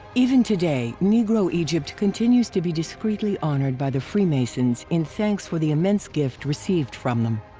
even today negro egypt continues to be discreetly honored by the freemasons in thanks for the immense gift received from them.